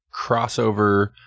crossover